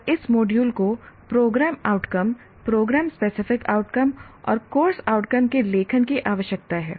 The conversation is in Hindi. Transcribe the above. और इस मॉड्यूल को programme outcome programme specific outcome और कोर्स आउटकम के लेखन की आवश्यकता है